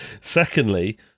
Secondly